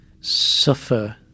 suffer